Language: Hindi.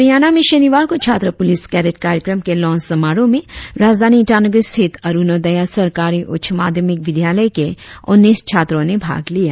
हरियाणा में शनिवार को छात्र पुलिस कैडेट कार्यक्रम के लॉन्च समारोह में राजधानी ईटानगर स्थित अरुणोदया सरकारी उच्च माध्यमिक विद्यालय के उन्नीस छात्रों ने भाग लिया